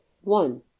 one